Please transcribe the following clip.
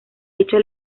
hecho